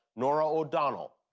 norah o'donnell.